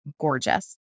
gorgeous